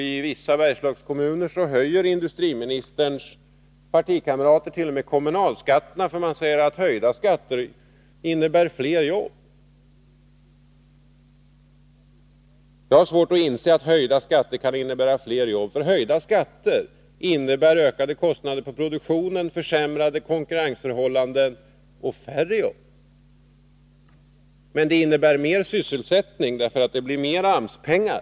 I vissa Bergslagskommuner höjer industriministerns partikamrater kommunalskatten t.o.m. med motiveringen att höjda skatter innebär fler jobb. Jag har svårt att inse att höjda skatter kan innebära fler jobb. Höjda skatter medför ökade kostnader för produktionen och försämrade konkurrensförhållanden, och därmed färre jobb. Men höjda skatter innebär mer sysselsättning, eftersom det blir mer AMS-pengar.